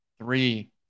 three